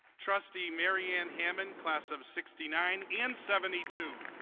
trustee mary ann hamman class of sixty nine and seventy two.